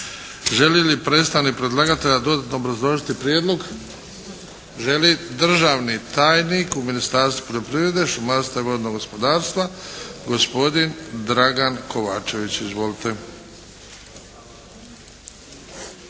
Želi li predstavnik predlagatelja dodatno obrazložiti prijedlog? Želi. Državni tajnik u Ministarstvu poljoprivrede, šumarstva i vodnog gospodarstva, gospodin Dragan KOvačević. Izvolite.